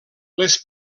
les